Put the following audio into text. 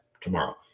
tomorrow